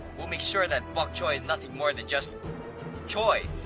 we'll make sure that bokchoy is nothing more than just choy.